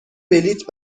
بلیط